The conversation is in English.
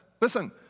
Listen